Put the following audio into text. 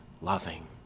loving